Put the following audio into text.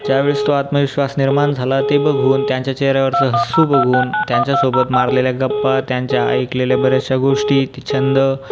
ज्यावेळेस तो आत्मविश्वास निर्माण झाला ते बघून त्यांच्या चेहऱ्यावरचं हसू बघून त्यांच्यासोबत मारलेल्या गप्पा त्यांच्या ऐकलेल्या बऱ्याचशा गोष्टी छंद